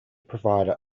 provider